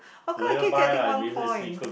how come I keep getting one point